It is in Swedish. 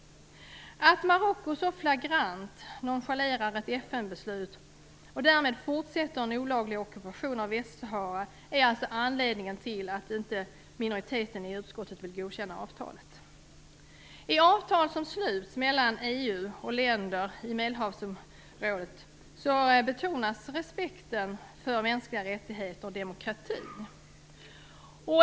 Att Marocko så flagrant nonchalerar ett FN-beslut och därmed fortsätter en olaglig ockupation av Västsahara är alltså anledningen till att minoriteten i utskottet inte vill godkänna avtalet. I de avtal som sluts mellan EU och länder i Medelhavsområdet betonas respekten för mänskliga rättigheter och demokrati.